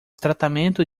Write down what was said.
tratamento